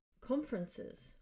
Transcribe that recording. conferences